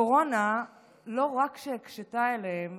הקורונה לא רק שהקשתה עליהם,